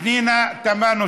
פנינה תמנו-שטה.